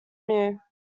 new